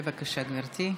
בבקשה, גברתי.